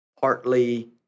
partly